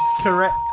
correct